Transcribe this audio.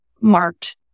marked